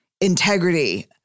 integrity